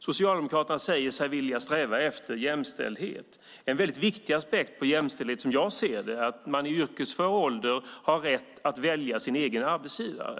Socialdemokraterna säger sig vilja sträva efter jämställdhet. En viktig aspekt på jämställdhet, som jag ser det, är att man i arbetsför ålder ska ha rätt att välja sin egen arbetsgivare.